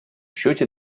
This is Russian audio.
счете